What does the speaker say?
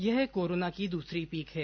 यह कोरोना की दूसर्री पीक है